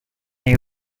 you